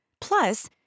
Plus